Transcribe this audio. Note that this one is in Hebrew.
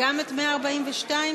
את 143,